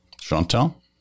Chantal